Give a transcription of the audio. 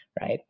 right